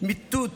מיטוט